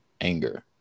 anger